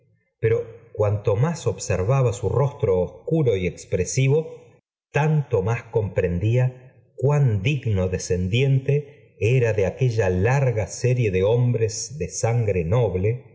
peto cuanto más observaba su rostro obecuro y expresivo tanto más comprendía cuán digno descendiente era de aquella larga serie de hombres de sangre noble